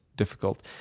difficult